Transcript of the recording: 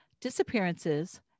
disappearances